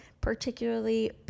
particularly